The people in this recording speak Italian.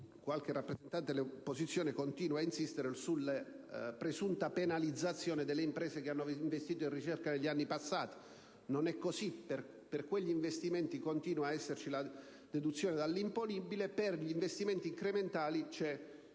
qualche rappresentante dell'opposizione continua ad insistere sulla presunta penalizzazione delle imprese che hanno investito in ricerca negli anni passati: non è così. Infatti, per quegli investimenti continuerà ad esservi la deduzione dall'imponibile e per gli investimenti incrementali vi